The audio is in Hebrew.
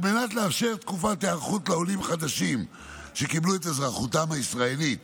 על מנת לאפשר תקופת היערכות לעולים חדשים שקיבלו את אזרחותם הישראלית